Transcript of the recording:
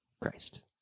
christ